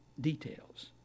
details